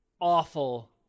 awful